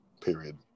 Period